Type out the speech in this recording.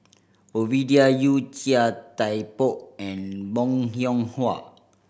Ovidia Yu Chia Thye Poh and Bong Hiong Hwa